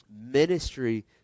ministry